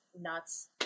nuts